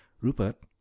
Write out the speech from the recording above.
Rupert